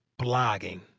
blogging